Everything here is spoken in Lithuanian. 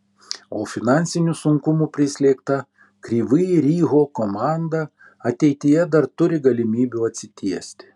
o finansinių sunkumų prislėgta kryvyj riho komanda ateityje dar turi galimybių atsitiesti